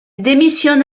démissionne